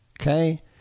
Okay